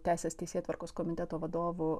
teisės teisėtvarkos komiteto vadovu